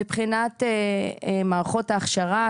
מבחינת מערכות ההכשרה,